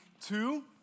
two